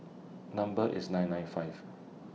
Number IS nine nine five